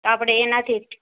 આપડે એનાથી